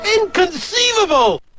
Inconceivable